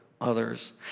others